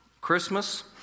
Christmas